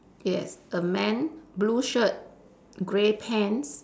yes a man blue shirt grey pants